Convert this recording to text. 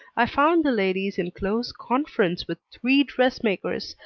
i found the ladies in close conference with three dress-makers,